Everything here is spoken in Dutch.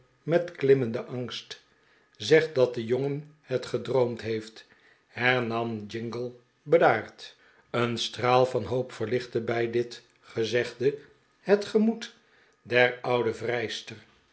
met klimmenden angst zeg dat de jongen het gedroomd heeft hernam jingle bedaard een straal van hoop verlichtte bij dit gezegde het gemoed der oude vrijster